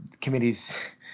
committee's